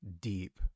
deep